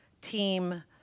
team